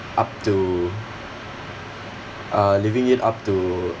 up to uh leaving it up to